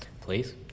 Please